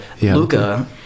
Luca